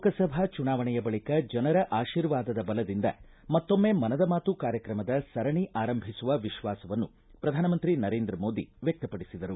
ಲೋಕಸಭಾ ಚುನಾವಣೆಯ ಬಳಿಕ ಜನರ ಅಶೀರ್ವಾದದ ಬಲದಿಂದ ಮತ್ತೊಮ್ಮೆ ಮನದ ಮಾತು ಕಾರ್ಯಕ್ರಮದ ಸರಣಿ ಆರಂಭಿಸುವ ವಿಶ್ವಾಸವನ್ನು ಪ್ರಧಾನಮಂತ್ರಿ ನರೇಂದ್ರ ಮೋದಿ ವ್ಯಕ್ತಪಡಿಸಿದರು